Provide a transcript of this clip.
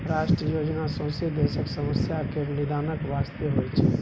राष्ट्रीय योजना सौंसे देशक समस्या केर निदानक बास्ते होइ छै